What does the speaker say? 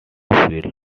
fuel